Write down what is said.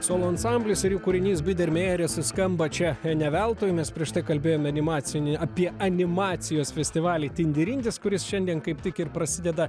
solo ansamblis ir jų kūrinys bydermejeris skamba čia ne veltui mes prieš tai kalbėjome animacinį apie animacijos festivalį tindirindis kuris šiandien kaip tik ir prasideda